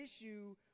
issue